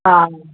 हा